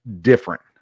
different